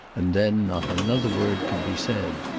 and then not another word could be said.